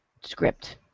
script